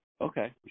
Okay